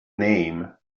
name